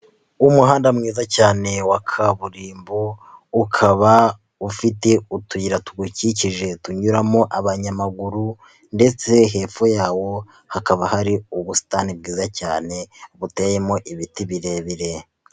Umuhanda mwiza cyane wa kaburimbo ukaba ufite utuyira tuwukikije tunyuramo abanyamaguru ndetse hepfo yawo hakaba hari ubusitani bwiza cyane buteyemo ibiti birebire.